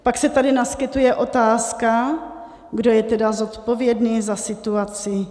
Pak se tady naskytuje otázka, kdo je tedy zodpovědný za situaci.